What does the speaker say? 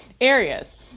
areas